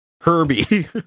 Herbie